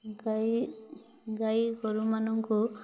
ଗାଈ ଗାଈଗୋରୁମାନଙ୍କୁ